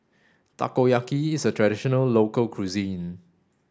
Takoyaki is a traditional local cuisine